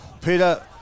Peter